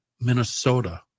minnesota